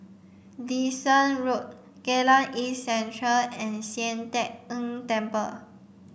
Dyson Road Geylang East Central and Sian Teck Tng Temple